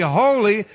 holy